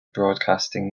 broadcasting